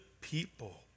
people